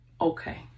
okay